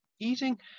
Eating